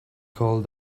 called